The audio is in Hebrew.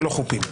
ולא "חוּפּים".